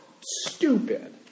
stupid